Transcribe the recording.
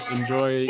Enjoy